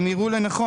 אם יראו לנכון,